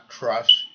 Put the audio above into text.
trust